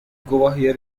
گواهی